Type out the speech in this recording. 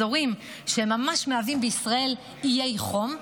אזורים שממש מהווים בישראל איי חום,